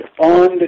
on